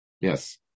Yes